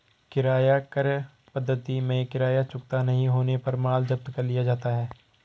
किराया क्रय पद्धति में किराया चुकता नहीं होने पर माल जब्त कर लिया जाता है